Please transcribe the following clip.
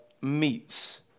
meets